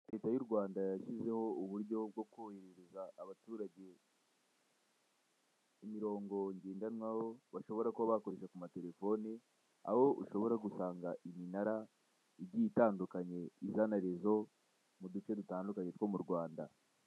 Leta y' u Rwanda yashyizeho uburyo bwo korohereza abaturage, imirongo ngendanwaho bashobora kuba bakoresha ku matelefone, aho ushobora gusanga iminara igiye itandukanye iriho amarezo n'uduce dutandukanye two mu Rwanda.